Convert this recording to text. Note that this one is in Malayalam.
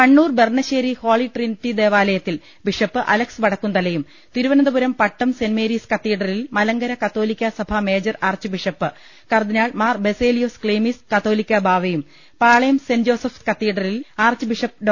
കണ്ണൂർ ബർണ്ണശ്ശേരി ഹോളി ട്രിനിറ്റി ദേവാലയത്തിൽ ബിഷപ്പ് അലക്സ് വടക്കുംതലയും Thiruvananthapuram Pattom saint Mary's കത്തീഡ്രലിൽ മലങ്കര കത്തോലിക്കാ സഭ മേജർ ആർച്ച് ബിഷപ്പ് കർദ്ദിനാൾ മാർ ബസേലിയസ് ക്ലീമിസ കാതോ ലിക്കാ ബാവയും പാളയം സെന്റ് ജോസഫ്സ് കത്തീഡ്രലിൽ ആർച്ച് ബിഷപ്പ് ഡോ